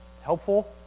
helpful